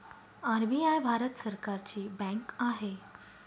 RBI भारत सरकारची bank आहे